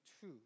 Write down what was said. two